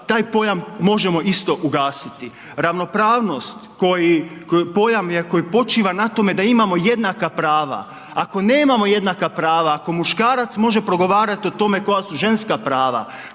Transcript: Taj pojam možemo isto ugasiti. Ravnopravnost pojam koji počiva na tome da imamo jednaka prava, ako nemamo jednaka prava, ako muškarac može progovarati o tome koja su ženska prava,